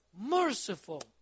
merciful